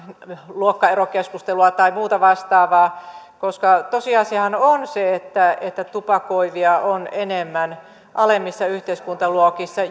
luokkaerokeskustelua tai muuta vastaavaa koska tosiasiahan on se että että tupakoivia on enemmän alemmissa yhteiskuntaluokissa